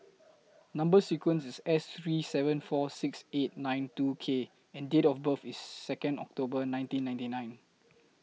Number sequence IS S three seven four six eight nine two K and Date of birth IS Second October nineteen ninety nine